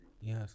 Yes